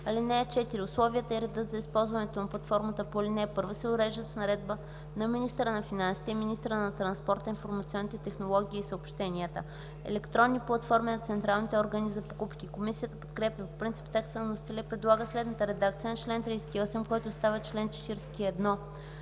(4) Условията и редът за използването на платформата по ал. 1 се уреждат с наредба на министъра на финансите и министъра на транспорта, информационните технологии и съобщенията.” „Електронни платформи на централните органи за покупки”. Комисията подкрепя по принцип текста на вносителя и предлага следната редакция на чл. 38, който става чл. 41: